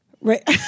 Right